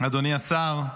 אדוני השר,